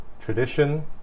tradition